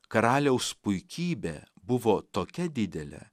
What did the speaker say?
karaliaus puikybė buvo tokia didelė